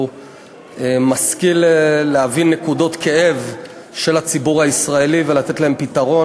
הוא משכיל להבין נקודות כאב של הציבור הישראלי ולתת להן פתרון,